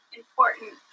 important